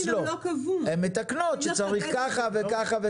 הם יתקנו שצריך ככה וככה.